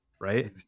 right